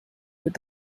with